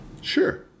Sure